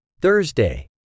Thursday